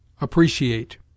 Appreciate